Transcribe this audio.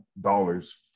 dollars